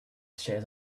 shares